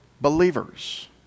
believers